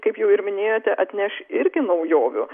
kaip jau ir minėjote atneš irgi naujovių